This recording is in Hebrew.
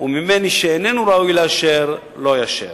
ולמי שאין ראוי לאשר לו לא לאשר.